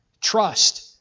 trust